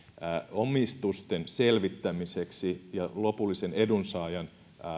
omistusten selvittämiseksi ja lopullisen edunsaajan